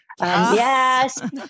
Yes